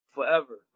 Forever